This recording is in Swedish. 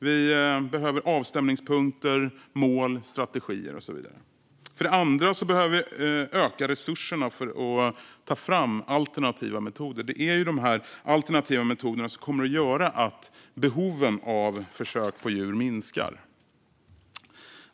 Vi behöver avstämningspunkter, mål, strategier och så vidare. För det andra behöver vi öka resurserna för att ta fram alternativa metoder. Det är de alternativa metoderna som kommer att göra att behoven av försök på djur minskar.